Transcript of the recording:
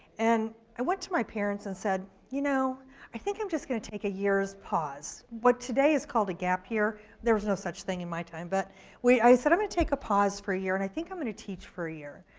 and i went to my parents and said, you know i think i'm just gonna take a year's pause. what today is called a gap year, there was no such thing in my time, but i said i'm gonna take a pause for a year, and i think i'm gonna teach for a year.